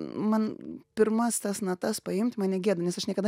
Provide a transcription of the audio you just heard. man pirmas tas natas paimt man negėda nes aš niekada